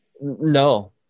No